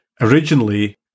originally